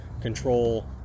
control